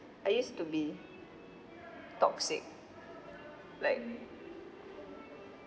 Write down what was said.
I used to be toxic like